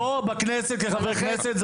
פה כחבר כנסת,